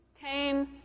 Cain